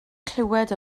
clywed